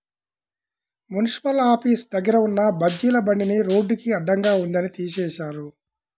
municipal office దగ్గర ఉన్న బజ్జీల బండిని రోడ్డుకి అడ్డంగా ఉందని తీసేశారు